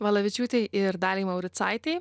valavičiūtei ir daliai mauricaitei